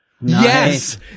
Yes